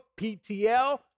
PTL